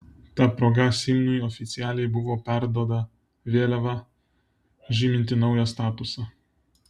ta proga simnui oficialiai buvo perduoda vėliava žyminti naują statusą